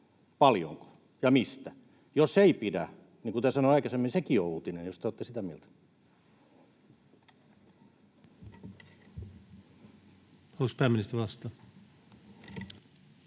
paljonko, ja mistä? Jos ei pidä, niin kuten sanoin aikaisemmin, sekin on uutinen, jos te olette sitä mieltä. Haluaako pääministeri vastata?